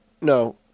No